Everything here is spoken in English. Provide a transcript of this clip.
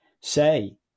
Say